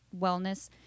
wellness